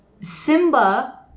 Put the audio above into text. Simba